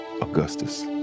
Augustus